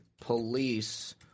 Police